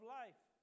life